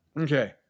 Okay